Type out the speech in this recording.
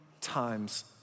times